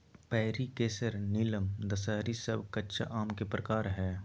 पयरी, केसर, नीलम, दशहरी सब कच्चा आम के प्रकार हय